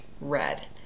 red